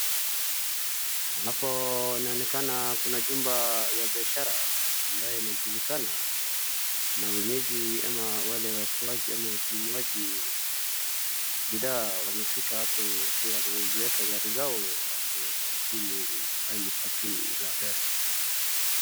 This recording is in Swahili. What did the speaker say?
Hapo inaonekana kuna jumba ya biashara ambayo inajulikana na wenyeji ama wale wafuasi ama wanunuaji bidhaa, wamefika hapo kila wamezieka gari zao hapo chini ambaye ni parking za gari.